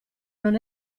non